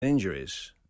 Injuries